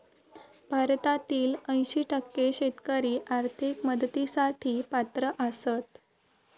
भारतातील ऐंशी टक्के शेतकरी आर्थिक मदतीसाठी पात्र आसत